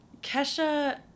Kesha